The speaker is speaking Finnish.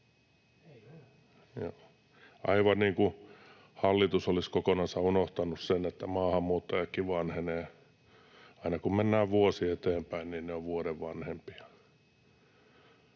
aivan niin kuin hallitus olisi kokonansa unohtanut sen, että maahanmuuttajatkin vanhenevat. Aina kun mennään vuosi eteenpäin, niin he ovat vuoden vanhempia.